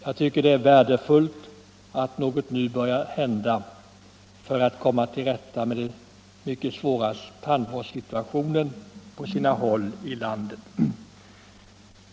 Jag tycker det är värdefullt att något nu börjar hända för att rätta till den mycket svåra tandvårdssituationen på sina håll i landet.